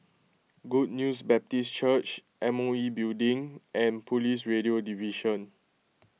Good News Baptist Church M O E Building and Police Radio Division